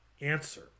answer